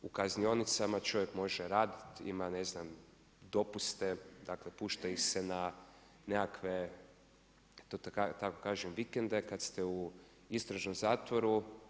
U kaznionicama čovjek može raditi, ima ne znam dopuste, dakle pušta ih se na nekakve da tako kažem vikende kad ste u istražnom zatvoru.